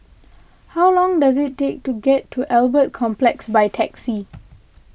how long does it take to get to Albert Complex by taxi